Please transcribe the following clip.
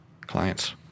clients